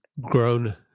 grown